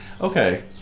Okay